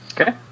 Okay